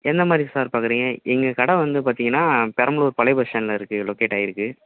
என்ன மாதிரி சார் பார்க்குறீங்க எங்கள் கடை வந்து பார்த்திங்கன்னா பெரம்பலூர் பழைய பஸ் ஸ்டாண்டில் இருக்கு லொக்கேட் ஆயிருக்கு